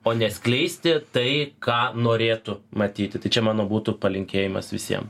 o ne skleisti tai ką norėtų matyti tai čia mano būtų palinkėjimas visiem